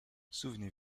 souvenez